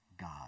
God